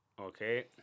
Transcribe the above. Okay